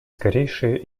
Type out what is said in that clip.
скорейшее